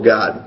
God